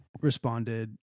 responded